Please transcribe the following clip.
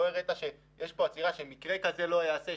לא הראית שיש כאן עתירה שמקרה כזה לא ייעשה,